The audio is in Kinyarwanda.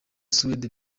suède